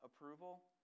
approval